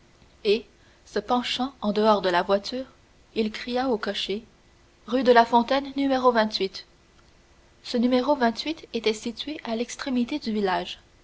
et se penchant en dehors de la voiture il cria au cocher rue de la fontaine ce était situé à l'extrémité du village